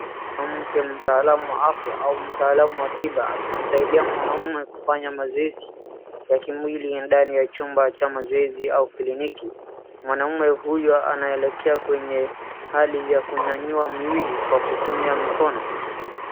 Mwanamke mtaalamu wa afya au mtaalamu wa tiba akimsaidia mwanaume kufanya mazoezi ya kimwili ndani ya chumba cha mozoezi au kliniki. Mwanaume huyu anaelekea kwenye hali ya kunyanyua mwili kwa kutumia mikono.